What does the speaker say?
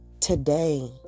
today